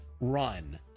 run